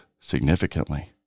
significantly